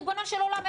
ריבונו של עולם,